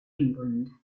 england